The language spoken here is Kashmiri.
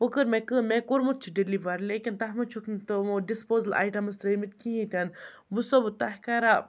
وٕ کٔر مےٚ کٲم مےٚ کوٚرمُت چھُ ڈِلِوَر لیکِن تَتھ منٛز چھُکھ نہٕ تِمو ڈِسپوزٕل آیٹَمٕز ترٛٲوۍ مٕتۍ کِہیٖنۍ تہِ نہٕ وٕ چھِسو بہٕ تۄہہِ کَران